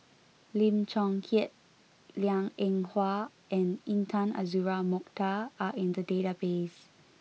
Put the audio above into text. Lim Chong Keat Liang Eng Hwa and Intan Azura Mokhtar are in the database